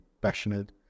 passionate